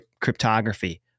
cryptography